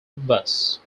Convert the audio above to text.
bus